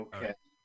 Okay